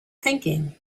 thinking